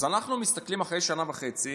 אז אנחנו מסתכלים, אחרי שנה וחצי